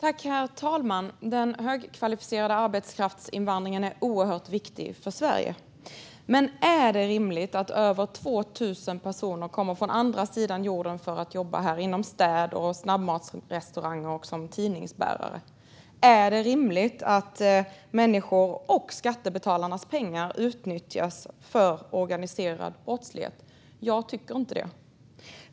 Herr talman! Den högkvalificerade arbetskraftsinvandringen är oerhört viktig för Sverige. Men är det rimligt att över 2 000 personer kommer från andra sidan jorden för att jobba här inom städ, på snabbmatsrestauranger och som tidningsutbärare? Är det rimligt att människor och skattebetalarnas pengar utnyttjas för organiserad brottslighet? Jag tycker inte det.